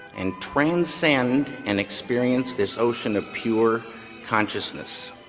and transcend and experience this ocean of pure consciousness.